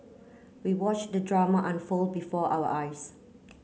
we watch the drama unfold before our eyes